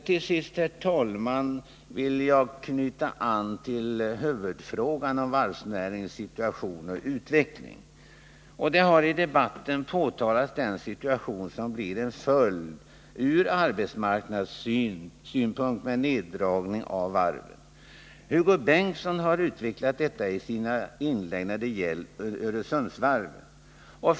Till sist, herr talman, vill jag knyta an till huvudfrågan om varvsnäringens situation och utveckling. Man har i debatten påtalat den situation som från arbetsmarknadssynpunkt blir följden av en neddragning av verksamheten vid varven. Hugo Bengtsson har utvecklat detta när det gäller Öresundsvarvet.